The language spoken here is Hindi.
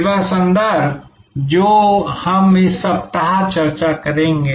सेवा संदर्भ जो हम इस सप्ताह चर्चा करेंगे